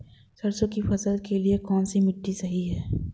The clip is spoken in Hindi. सरसों की फसल के लिए कौनसी मिट्टी सही हैं?